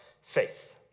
faith